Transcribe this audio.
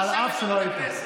מזמן לא אמרת ביבי.